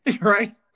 right